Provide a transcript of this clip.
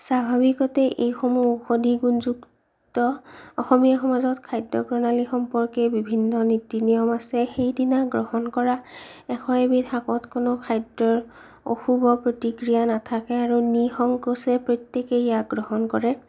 স্বাভাৱিকতে এইসমূহ ঔষধি গুণযুক্ত অসমীয়া সমাজত খাদ্য প্ৰণালী সম্পৰ্কে বিভিন্ন নীতি নিয়ম আছে সেইদিনা গ্ৰহণ কৰা এশ এবিধ শাকত কোনো খাদ্যৰ অশুভ প্ৰতিক্ৰিয়া নাথাকে আৰু নিসংকোচে প্ৰত্যেকেই ইয়াক গ্ৰহণ কৰে